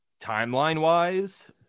timeline-wise